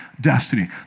destiny